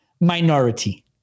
minority